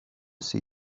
see